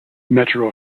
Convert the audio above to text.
metro